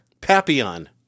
Papillon